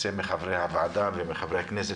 שירצה מחברי הוועדה ומחברי הכנסת.